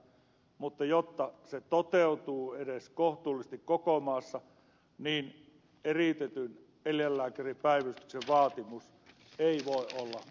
mutta jotta se toteutuu edes kohtuullisesti koko maassa niin eriytetyn eläinlääkäripäivystyksen vaatimus ei voi olla ehdoton